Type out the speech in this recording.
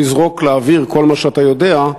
תזרוק לאוויר כל מה שאתה יודע,